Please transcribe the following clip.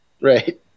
Right